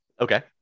Okay